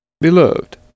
Beloved